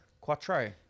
Quattro